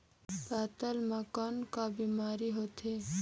पातल म कौन का बीमारी होथे?